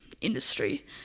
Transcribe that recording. industry